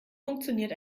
funktioniert